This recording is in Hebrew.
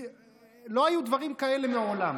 לא היו דברים כאלה מעולם.